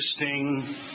interesting